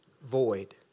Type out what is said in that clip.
void